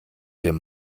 dem